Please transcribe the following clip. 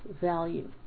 value